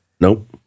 Nope